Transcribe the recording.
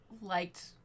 liked